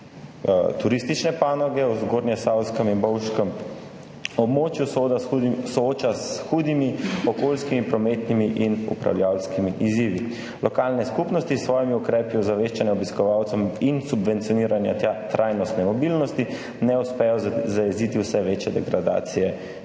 turistične panoge na zgornjesavskem in bovškem območju sooča s hudimi okoljskimi, prometnimi in upravljavskimi izzivi. Lokalne skupnosti s svojimi ukrepi ozaveščanja obiskovalcev in subvencioniranja trajnostne mobilnosti ne uspejo zajeziti vse večje degradacije tega